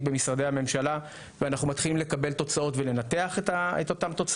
במשרדי הממשלה ואנחנו מתחילים לקבל תוצאות ולנתח אותן.